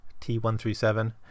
T137